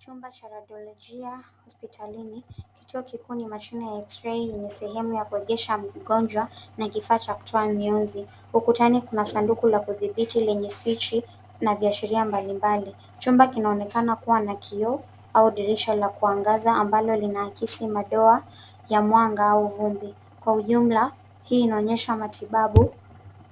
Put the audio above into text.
Chumba cha radolijia hospitalini, kituo kikuu ni mashine ya X-ray yenye sehemu ya kuegesha mgonjwa na kifaa cga kutoa miunzi. Ukutani kuna sandaku la kudhibiti lenye swichi na viashiria mbalimbali. Chumba kinaonekana kuwa na kioo au dirisha la kuangaza ambao lina akisi madoa ya mwanga au vumbi. Kuwa ujumla hii inaonyesha matibabu